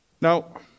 Now